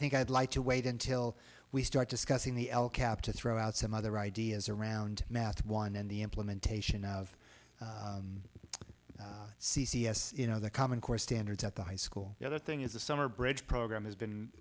think i'd like to wait until we start discussing the al capp to throw out some other ideas around math one and the implementation of the c c s you know the common core standards at the high school the other thing is the summer bridge program has been